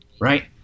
right